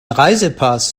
reisepass